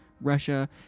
Russia